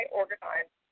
organized